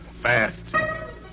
Fast